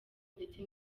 ndetse